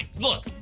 Look